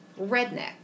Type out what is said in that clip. redneck